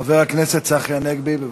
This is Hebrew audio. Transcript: חבר הכנסת צחי הנגבי, בבקשה.